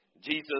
Jesus